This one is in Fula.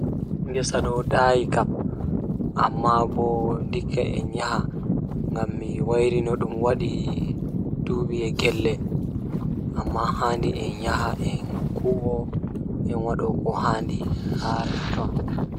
Ngesa ɗo daaiyi kam amma bo ndikka en yaha Mi waɗataa e jaɓe am e mawniraaɓe am. Nde tawa ndee ndemndan Mars waɗi ndofngal ngam nguurndam ngoni waɗi rewɓe e jam. Koɗum nguurndam ɗuum o waɗan e nder darnde ɗum, ɗum miɗo waɗataa waɗtude kala moƴƴaare e ngal jawdi, to maɓɓe maɓɓe waɗataa nder njam.